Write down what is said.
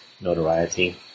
notoriety